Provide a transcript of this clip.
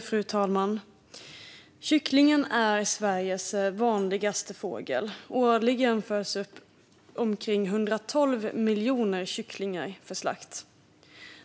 Fru talman! Kycklingen är Sveriges vanligaste fågel. Årligen föds omkring 112 miljoner kycklingar upp för slakt.